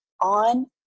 on